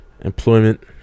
Employment